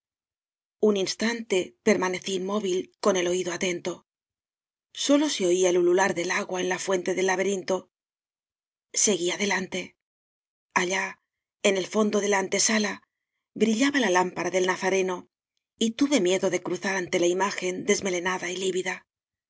un instante permanecí inmóvil con el oído atento sólo se oía el ulular del agua en la fuente del laberinto seguí adelante allá en el fondo de la antesala brillaba la lámpara del nazareno y tuve miedo de cruzar ante la imagen desmelenada y lívida